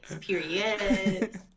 Period